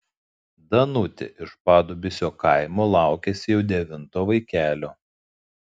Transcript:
danutė iš padubysio kaimo laukiasi jau devinto vaikelio